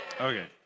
Okay